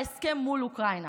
בהסכם מול אוקראינה.